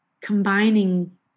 combining